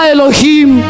Elohim